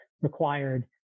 required